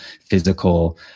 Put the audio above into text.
physical